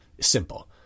simple